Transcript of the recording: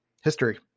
history